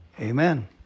Amen